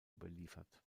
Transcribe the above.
überliefert